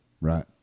Right